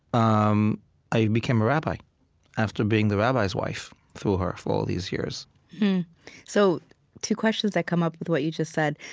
um i became a rabbi after being the rabbi's wife through her for all these years so two questions that come up with what you just said.